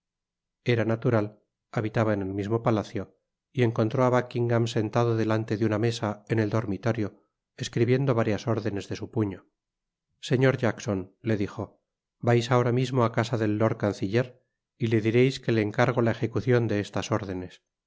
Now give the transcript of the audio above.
era natural habitaba en el mismo palacio y encontró á buckingam sentado delante de una mesa en el dormitorio escribiendo varias órdenes de su puño señor jackson le dqo vais ahora mismo á casa del lord canciller y le direis que le encargo la ejecucion de estas órdenes